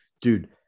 dude